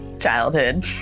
childhood